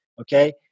Okay